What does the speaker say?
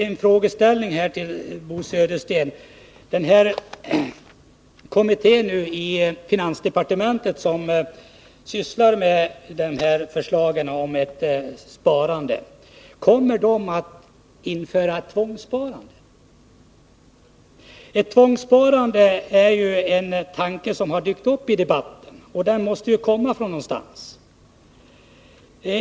En fråga till Bo Södersten är då: Kommer den kommitté i finansdepartementet som sysslar med förslagen om ett sparande att införa ett tvångssparande? Tvångssparande är ju en tanke som har dykt upp i debatten, och den måste komma någonstans ifrån.